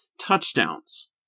touchdowns